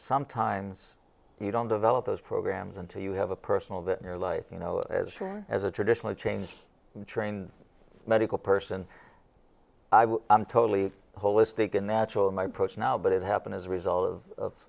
sometimes you don't develop those programs until you have a personal bit in your life you know as far as a traditional change trained medical person i'm totally holistic in the natural in my approach now but it happened as a result of